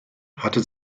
hatte